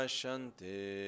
Shanti